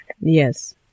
Yes